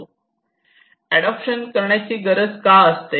adoption करण्याची गरज का असते